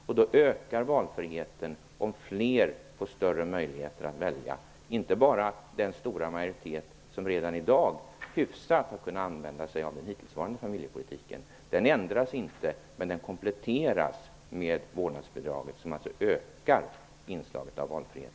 Om fler familjer får större möjligheter att välja ökar valfriheten, inte bara för den stora majoritet som redan i dag hyfsat har kunnat använda sig av den hittillsvarande familjepolitiken. Familjepolitiken ändras inte, men den kompletteras med vårdnadsbidraget som ökar inslaget av valfrihet.